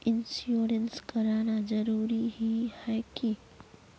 Insurance कराना जरूरी ही है की?